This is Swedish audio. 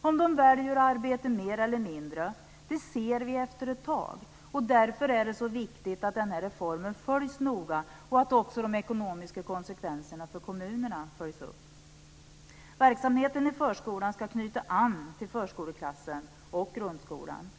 om de väljer att arbeta mer eller mindre. Det ser vi efter ett tag. Därför är det så viktigt att den här reformen följs noga och att också de ekonomiska konsekvenserna för kommunerna följs upp. Verksamheten i förskolan ska knyta an till förskoleklassen och grundskolan.